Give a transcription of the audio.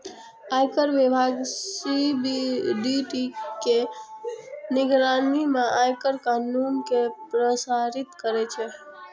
आयकर विभाग सी.बी.डी.टी के निगरानी मे आयकर कानून कें प्रशासित करै छै